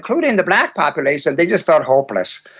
including the black population, they just felt hopeless.